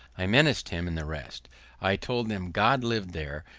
i menaced him and the rest i told them god lived there,